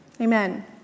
Amen